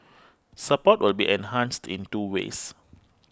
support will be enhanced in two ways